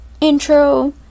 intro